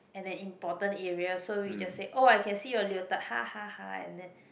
at an important area so we just say oh I can see your leotard ha ha ha and then